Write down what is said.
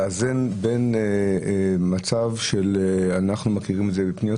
צריך לאזן בין מצב שאנחנו מכירים מפניות